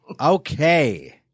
Okay